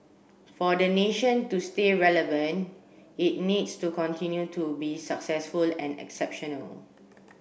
for the nation to stay relevant it needs to continue to be successful and exceptional